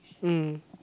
mm